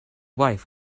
wife